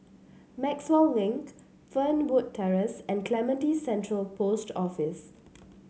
Maxwell Link Fernwood Terrace and Clementi Central Post Office